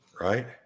Right